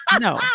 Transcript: No